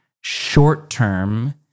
Short-term